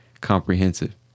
Comprehensive